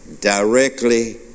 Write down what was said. directly